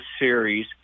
series